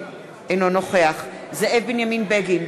אינו נוכח זאב בנימין בגין,